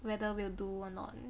whether we'll do [one] not